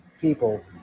people